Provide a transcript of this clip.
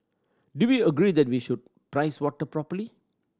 do we agree that we should price water properly